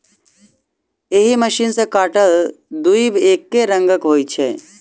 एहि मशीन सॅ काटल दुइब एकै रंगक होइत छै